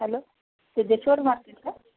hello Siddheshwar market का